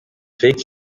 felix